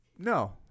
No